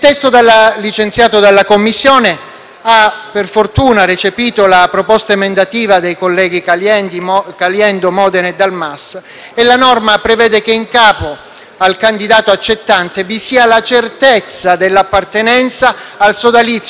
ha - per fortuna - recepito la proposta emendativa dei colleghi Caliendo, Modena e Dal Mas e la norma prevede che in capo al candidato accettante vi sia la certezza dell'appartenenza al sodalizio mafioso del promittente.